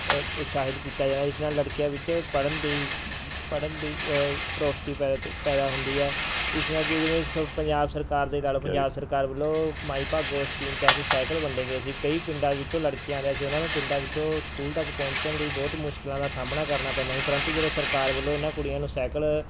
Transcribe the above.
ਉਤਸ਼ਾਹਿਤ ਕੀਤਾ ਜਾਂਦਾ ਇਸ ਨਾਲ ਲੜਕੀਆਂ ਵਿੱਚ ਪੜ੍ਹਨ ਲਈ ਪੜ੍ਹਨ ਦੀ ਪਰੋਸਟੀ ਪੈਦਾ ਪੈਦਾ ਹੁੰਦੀ ਹੈ ਇਸ ਨਾਲ ਜਿਵੇਂ ਸ ਪੰਜਾਬ ਸਰਕਾਰ 'ਤੇ ਹੀ ਲਾ ਲਓ ਪੰਜਾਬ ਸਰਕਾਰ ਵੱਲੋਂ ਮਾਈ ਭਾਗੋ ਸਕੀਮ ਤਹਿਤ ਸਾਈਕਲ ਵੰਡੇ ਗਏ ਸੀ ਕਈ ਪਿੰਡਾਂ ਦੇ ਵਿੱਚੋਂ ਲੜਕੀਆਂ ਦੇ ਸੀ ਉਹਨਾਂ ਨੂੰ ਪਿੰਡਾਂ ਵਿੱਚੋਂ ਸਕੂਲ ਤੱਕ ਪਹੁੰਚਣ ਲਈ ਬਹੁਤ ਮੁਸ਼ਕਿਲਾਂ ਦਾ ਸਾਹਮਣਾ ਕਰਨਾ ਪੈਂਦਾ ਸੀ ਪਰੰਤੂ ਜਦੋਂ ਸਰਕਾਰ ਵੱਲੋਂ ਇਹਨਾਂ ਕੁੜੀਆਂ ਨੂੰ ਸਾਈਕਲ